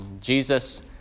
Jesus